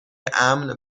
امن